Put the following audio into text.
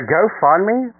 GoFundMe